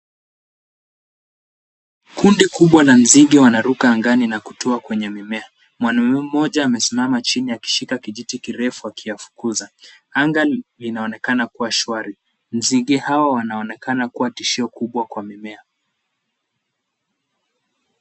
Kundi kubwa la zinge wanaruka angani na kutua kwenye mimea. Mwanaume mmoja amesimama chini akishika kijiti kirefu akiyafukuza. Anga inaonekana kuwa shwari. Nzige hao wanaonekana kuwa tishio kubwa kwa mimea.